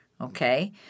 okay